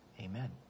Amen